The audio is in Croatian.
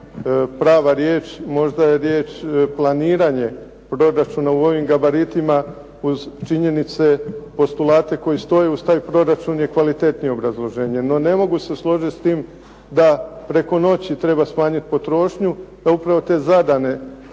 prava riječ. Možda je riječ planiranje proračuna u ovim gabaritima uz činjenice, postulate koji stoje uz taj proračun je kvalitetnije obrazloženje. No, ne mogu se složiti s tim da preko noći treba smanjit potrošnju, pa upravo te zadane